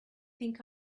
think